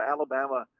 Alabama